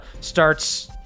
starts